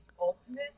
Ultimate